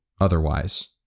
otherwise